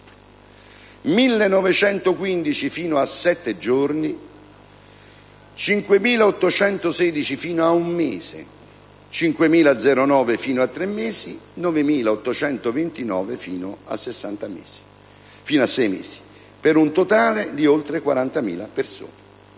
1.915 fino a 7 giorni, 5.816 fino ad un mese, 5.009 fino a 3 mesi e 9.829 fino a 6 mesi, per un totale di oltre 40.000 persone.